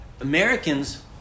Americans